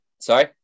sorry